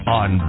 on